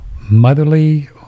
motherly